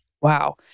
Wow